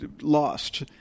lost